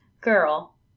girl